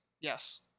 Yes